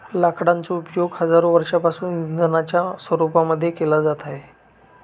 लाकडांचा उपयोग हजारो वर्षांपासून इंधनाच्या रूपामध्ये केला जात आहे